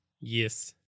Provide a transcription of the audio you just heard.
Yes